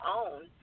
own